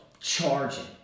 charging